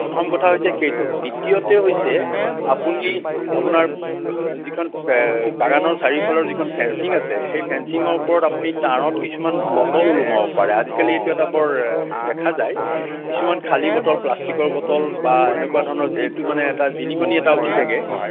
প্ৰথম কথা হৈছে সেইটো দ্বিতীয়তে হৈছে আপুনি আপোনাৰ যিখন বাগানৰ চাৰিওফালৰ যিখন ফেঞ্চিং আছে সেই ফেঞ্চিঙৰ ওপৰত আপুনি তাঁৰত কিছুমান বটল ওলমাব পাৰে আজিকালি এইটো এটা বৰ দেখা যায় কিছুমান খালী বটল প্লাষ্টিকৰ বটল বা এনেকুৱা ধৰণৰ যিটো মানে এটা জিলিকনি এটা উঠি থাকে